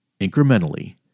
incrementally